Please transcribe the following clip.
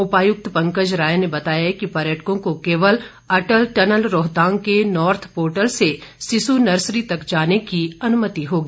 उपायुक्त पंकज राय ने बताया कि पर्यटकों को केवल अटल टनल रोहतांग के नार्थ पोर्टल से सिसु नर्सरी तक जाने की अनुमति होगी